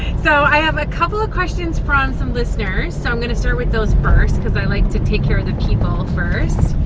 so i have a couple of questions from some listeners, so i'm gonna start with those first, cause i like to take care of the people first.